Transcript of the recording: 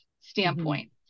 standpoint